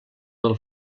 del